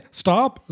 stop